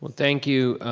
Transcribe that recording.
thank you.